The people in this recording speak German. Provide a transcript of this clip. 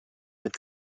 mit